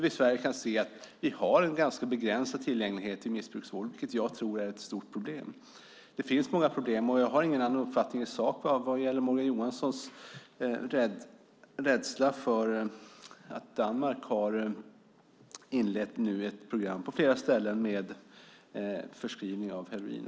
I Sverige kan vi se att vi har en ganska begränsad tillgänglighet till missbrukarvård, vilket jag tror är ett stort problem. Det finns många problem. Jag har ingen annan uppfattning i sak när det gäller Morgan Johanssons rädsla över att Danmark nu på flera ställen har inlett ett program med förskrivning av heroin.